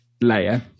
layer